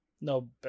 No